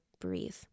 breathe